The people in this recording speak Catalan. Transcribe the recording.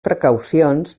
precaucions